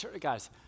guys